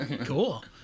cool